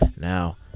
Now